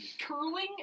curling